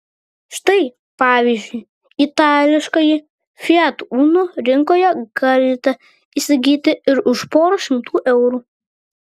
štai pavyzdžiui itališkąjį fiat uno rinkoje galite įsigyti ir už porą šimtų eurų